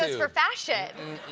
ah for fashion.